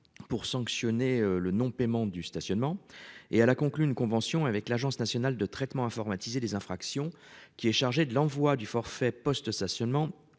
pour sanctionner le non-paiement du stationnement. Elle a conclu une convention avec l'Agence nationale de traitement automatisé des infractions (Antai), qui est chargée de l'envoi du forfait de post-stationnement